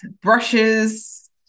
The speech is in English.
brushes